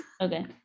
Okay